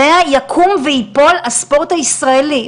עליה יקום וייפול הספורט הישראלי.